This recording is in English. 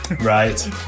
Right